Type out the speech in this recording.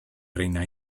reina